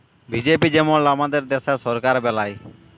BJP যেমল আমাদের দ্যাশের সরকার বেলায়